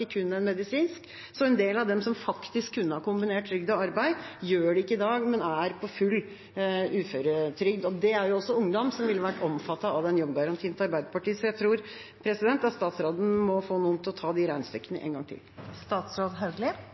kun en medisinsk, så en del av dem som faktisk kunne ha kombinert trygd og arbeid, gjør det ikke i dag, men er på full uføretrygd. Det er også ungdom som ville vært omfattet av den jobbgarantien til Arbeiderpartiet. Så jeg tror at statsråden må få noen til å ta de regnestykkene en gang